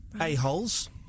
a-holes